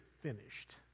finished